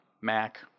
MAC